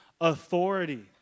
authority